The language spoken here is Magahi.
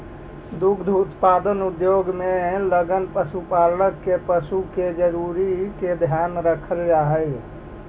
दुग्ध उत्पादन उद्योग में लगल पशुपालक के पशु के जरूरी के ध्यान रखल जा हई